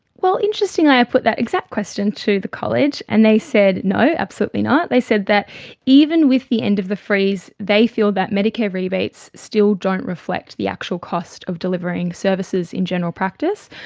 well, interestingly i put that exact question to the college, and they said no, absolutely not. they said that even with the end of the freeze, they feel that medicare rebates still don't reflect the actual cost of delivering services in general practice,